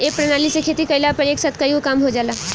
ए प्रणाली से खेती कइला पर एक साथ कईगो काम हो जाला